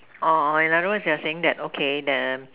in other words you are saying that okay the